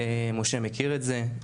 משה מכיר את זה,